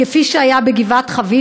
כפי שהיה בגבעת-חביבה.